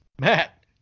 matt